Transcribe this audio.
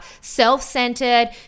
self-centered